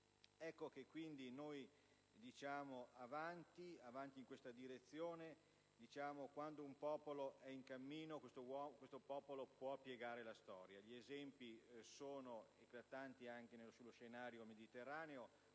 Ecco che quindi noi diciamo di andare avanti in questa direzione. Quando un popolo è in cammino, questo popolo può piegare la storia. Gli esempi sono eclatanti anche sullo scenario mediterraneo,